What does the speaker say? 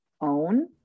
own